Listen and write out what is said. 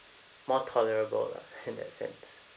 more tolerable lah in that sense